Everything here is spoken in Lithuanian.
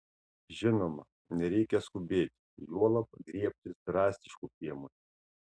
žinoma nereikia skubėti juolab griebtis drastiškų priemonių